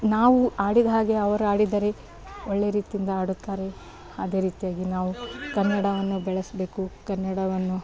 ನಾವು ಆಡಿದಾಗೆ ಅವರು ಆಡಿದರೆ ಒಳ್ಳೆ ರೀತಿಯಿಂದ ಆಡುತ್ತಾರೆ ಅದೇ ರೀತಿಯಾಗಿ ನಾವು ಕನ್ನಡವನ್ನು ಬೆಳೆಸಬೇಕು ಕನ್ನಡವನ್ನು